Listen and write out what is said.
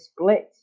split